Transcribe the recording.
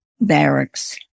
barracks